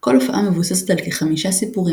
כל הופעה מבוססת על כחמישה סיפורים